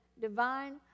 divine